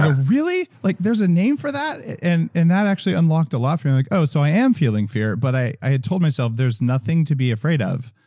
really? like there's a name for that? and and that actually unlocked a lot for me, like oh, so i am feeling fear, but i had told myself there's nothing to be afraid of.